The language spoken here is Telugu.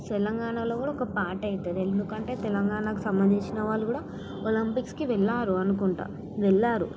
తెలంగాణలో కూడా ఒక పార్ట్ అవుతుంది ఎందుకంటే తెలంగాణకి సంబంధించిన వాళ్ళు కూడా ఒలింపిక్స్కి వెళ్లారు అనుకుంటాను వెళ్లారు